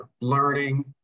learning